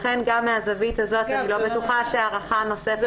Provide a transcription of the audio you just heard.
לכן גם מהזווית הזאת אני לא בטוחה שהארכה נוספת נחוצה.